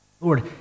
Lord